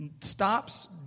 stops